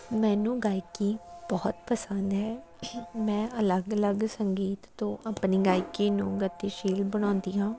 ਮੈਨੂੰ ਗਾਇਕੀ ਬਹੁਤ ਪਸੰਦ ਹੈ ਮੈਂ ਅਲੱਗ ਅਲੱਗ ਸੰਗੀਤ ਤੋਂ ਆਪਣੀ ਗਾਇਕੀ ਨੂੰ ਗਤੀਸ਼ੀਲ ਬਣਾਉਂਦੀ ਹਾਂ